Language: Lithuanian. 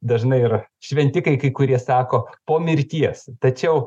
dažnai yra šventikai kai kurie sako po mirties tačiau